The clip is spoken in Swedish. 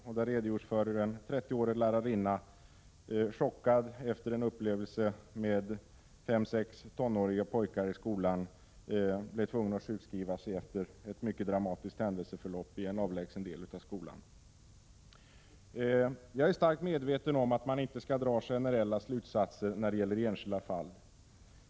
Därefter redogörs för hur en 30-årig lärarinna, chockad efter en upplevelse med fem sex tonåriga pojkar, blev tvungen att sjukskriva sig efter ett mycket dramatiskt händelseförlopp i en avlägsen del av skolan. 31 Jag är starkt medveten om att man inte skall dra generella slutsatser i fråga 21 november 1986 om enskilda fall.